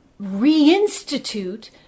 reinstitute